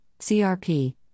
CRP